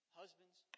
husbands